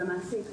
למעסיק.